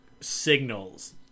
signals